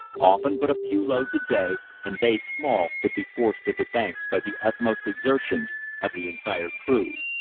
often but a few loads a day, and they small, could be forced to the banks by the utmost exertions of the entire crew.